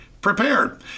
prepared